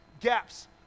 gaps